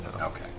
Okay